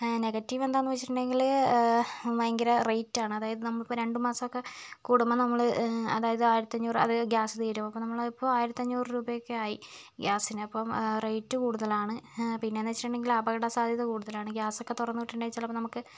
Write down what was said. negative എന്താണെന്ന് വെച്ചിട്ടുണ്ടെങ്കിൽ ഭയങ്കര റേറ്റ് ആണ് അതായത് നമ്മൾ ഇപ്പോൾ രണ്ട് മാസം ഒക്കെ കൂടുമ്പം നമ്മൾ അതായത് ആയിരത്തഞ്ഞൂറ് അത് ഗ്യാസ് തീരും അപ്പോൾ നമ്മളിപ്പോൾ ആയിരത്തഞ്ഞൂറ് രൂപയൊക്കെയായി ഗ്യാസിന് അപ്പം റേറ്റ് കൂടുതലാണ് പിന്നെ എന്ന് വെച്ചിട്ടുണ്ടെങ്കിൽ അപകട സാധ്യത കൂടുതലാണ് ഗ്യാസ് ഒക്കെ തുറന്നു വിട്ടിട്ടുണ്ടെങ്കിൽ ചിലപ്പോൾ നമുക്ക്